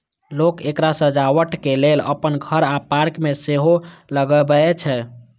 लोक एकरा सजावटक लेल अपन घर आ पार्क मे सेहो लगबै छै